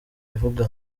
ivuga